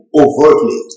overtly